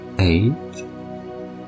Eight